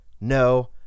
no